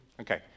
Okay